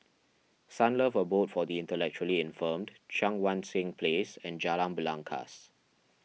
Sunlove Abode for the Intellectually Infirmed Cheang Wan Seng Place and Jalan Belangkas